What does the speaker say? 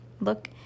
look